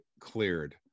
cleared